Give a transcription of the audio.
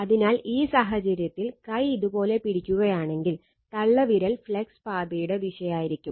അതിനാൽ ഈ സാഹചര്യത്തിൽ കൈ ഇതുപോലെ പിടിക്കുകയാണെങ്കിൽ തള്ളവിരൽ ഫ്ലക്സ് പാതയുടെ ദിശയായിരിക്കും